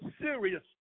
serious